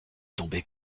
tombée